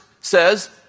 says